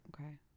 Okay